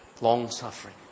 long-suffering